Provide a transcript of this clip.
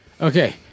Okay